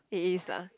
it is lah